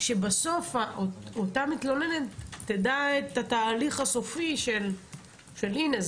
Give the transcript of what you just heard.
שבסוף אותה מתלוננת תדע את התהליך הסופי של הינה,